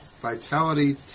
vitality